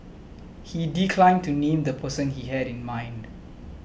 he declined to name the person he had in mind